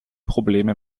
probleme